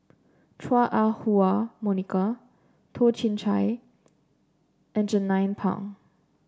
Chua Ah Huwa Monica Toh Chin Chye and Jernnine Pang